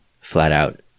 flat-out